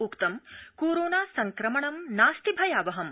उक्तं कोरोना संक्रमणं नास्ति भयावहम्